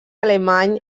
alemany